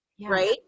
Right